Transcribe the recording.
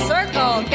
Circle